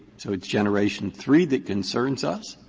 so it's generation three that concerns us.